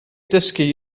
dysgu